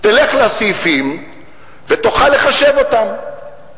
"תלך לסעיפים ותוכל לחשב אותם".